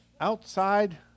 outside